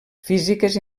físiques